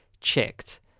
checked